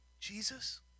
Jesus